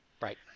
right